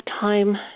time